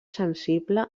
sensible